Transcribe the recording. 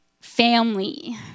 family